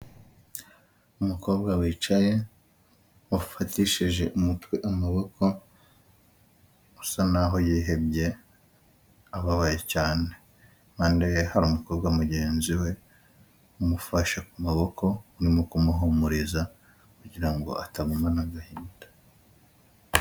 Umukobwa wicaye wafatishije umutwe amaboko usa naho yihebye ababaye cyane mande ye hari umukobwa mugenzi we umufashe ku maboko uri mu kumuhumuriza kugira ngo atapfa n'agahinda.